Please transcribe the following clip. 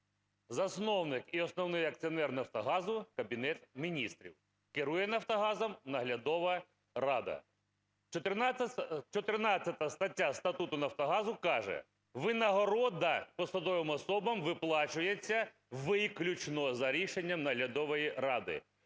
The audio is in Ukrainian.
Засновник і основний акціонер "Нафтогазу" – Кабінет Міністрів. Керує "Нафтогазом" наглядова рада. 14 стаття Статуту "Нафтогазу" каже: "Винагорода посадовим особам виплачується виключно за рішенням наглядової ради".